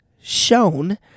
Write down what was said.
shown